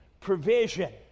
provision